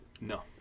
No